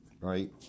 right